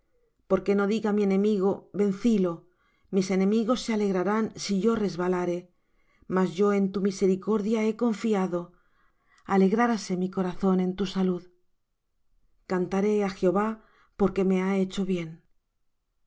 muerte porque no diga mi enemigo vencílo mis enemigos se alegrarán si yo resbalare mas yo en tu misericordia he confiado alegraráse mi corazón en tu salud cantaré á jehová porque me ha hecho bien